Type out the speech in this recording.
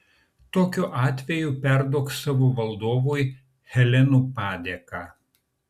tokiu atveju perduok savo valdovui helenų padėką